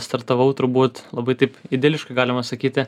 startavau turbūt labai taip idiliškai galima sakyti